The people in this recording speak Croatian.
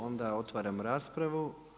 Onda otvara raspravu.